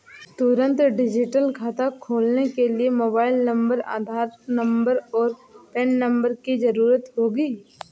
तुंरत डिजिटल खाता खोलने के लिए मोबाइल नंबर, आधार नंबर, और पेन नंबर की ज़रूरत होगी